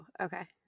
okay